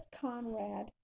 Conrad